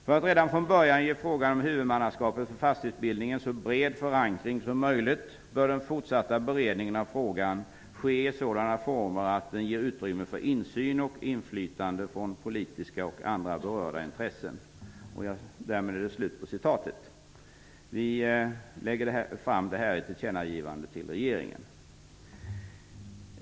För att redan från början ge frågan om huvudmannaskapet för fastighetsbildningen en så bred förankring som möjligt bör den fortsatta beredningen av frågan ske i sådana former att den ger utrymme för insyn och inflytande från politiska och andra berörda intressen.'' Vi lägger fram detta tillkännagivande för regeringen.